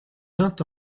vingt